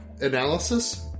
analysis